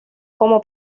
como